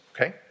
okay